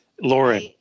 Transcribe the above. Lauren